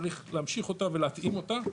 צריך להמשיך אותה ולהתאים אותה,